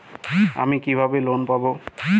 আমি কিভাবে লোন পাব?